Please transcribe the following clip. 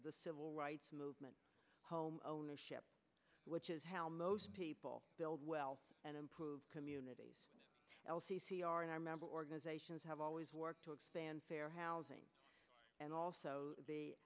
the civil rights movement home ownership which is how most people build wealth and improve communities l c c are in our member organizations have always worked to expand fair housing and also